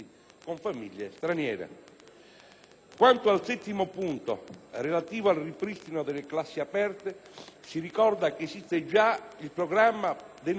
Quanto al settimo punto, relativo al ripristino delle classi aperte, si ricorda che esiste già il programma denominato «Scuole aperte».